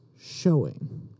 showing